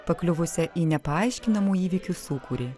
pakliuvusią į nepaaiškinamų įvykių sūkurį